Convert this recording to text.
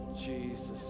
Jesus